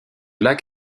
lac